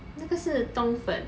那个是冬粉